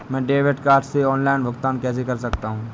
मैं debit card से online भुगतान कैसे कर सकता हूँ?